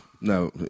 no